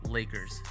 Lakers